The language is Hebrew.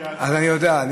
אני יודע.